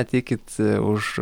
ateikit už